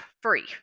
free